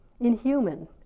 inhuman